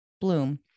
bloom